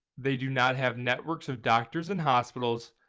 they do not have networks of doctors and hospitals,